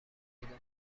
پیدا